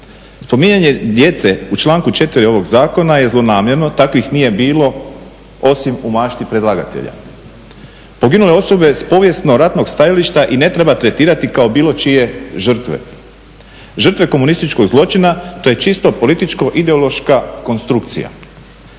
Spominjanje djece u članku 4. ovog Zakona je zlonamjerno. Takvih nije bilo osim u mašti predlagatelja. Poginule osobe s povijesno ratnog stajališta i ne treba tretirati kao bilo čije žrtve, žrtve komunističkog zločina to je čisto političko-ideološka konstrukcija.